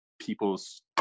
people's